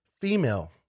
female